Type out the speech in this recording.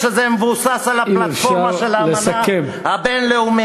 כשזה מבוסס על הפלטפורמה של האמנה הבין-לאומית.